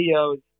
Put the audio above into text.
videos